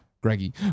Greggy